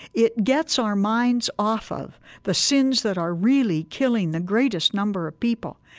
it gets our minds off of the sins that are really killing the greatest number of people.